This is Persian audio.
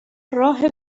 راه